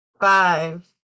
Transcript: five